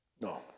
No